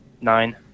Nine